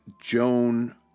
Joan